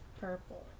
Purple